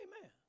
Amen